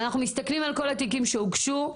אנחנו מסתכלים על כל התיקים שהוגשו,